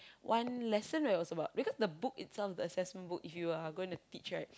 one lesson right it was about because the book itself the assessment book if you are going to teach right